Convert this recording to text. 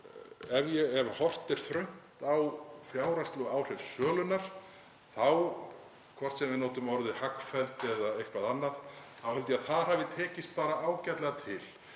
ef horft er þröngt á fjárhagslegu áhrif sölunnar, hvort sem við notum orðið hagfellt eða eitthvað annað, þá held ég að þar hafi tekist bara ágætlega til.